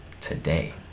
today